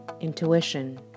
intuition